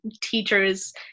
teachers